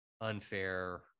unfair